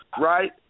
right